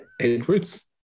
Edwards